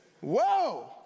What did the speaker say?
Whoa